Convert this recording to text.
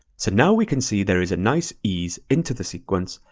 so now we can see there is a nice ease into the sequence,